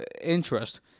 interest